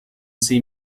see